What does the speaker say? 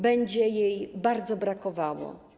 Będzie jej bardzo brakowało.